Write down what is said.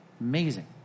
Amazing